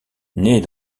naît